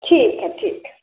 ठीक है ठीक है